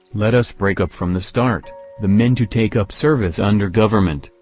let us break up from the start the men to take up service under government,